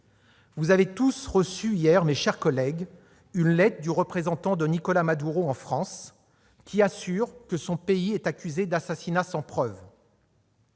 Vous avez tous reçu hier, mes chers collègues, une lettre du représentant de Nicolás Maduro en France, lequel assure que son pays est accusé d'assassinats sans preuve.